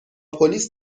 پلیس